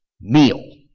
Meal